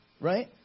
right